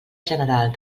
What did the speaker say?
general